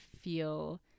feel